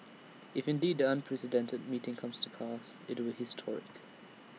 if indeed the unprecedented meeting comes to pass IT will historic